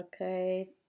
okay